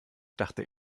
dachte